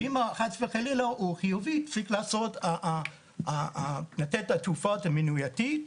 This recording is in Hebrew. ואם חס וחלילה היא חיובית צריך לתת תרופות מניעתיות.